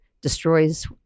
destroys